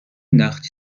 نداختی